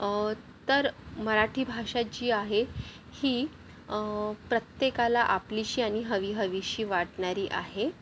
तर मराठी भाषा जी आहे ही प्रत्येकाला आपलीशी आणि हवीहवीशी वाटणारी आहे